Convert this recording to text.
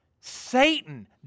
Satan